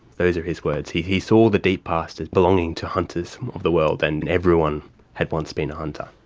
those are his words. he he saw the deep past as belonging to hunters of the world, and everyone had once been a hunter.